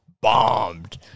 bombed